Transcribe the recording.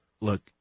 Look